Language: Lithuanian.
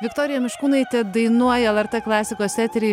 viktorija miškūnaitė dainuoja lrt klasikos etery